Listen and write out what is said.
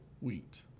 wheat